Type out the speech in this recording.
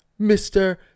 Mr